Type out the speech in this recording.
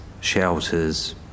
shelters